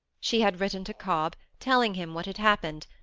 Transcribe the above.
she had written to cobb, telling him what had happened,